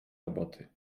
roboty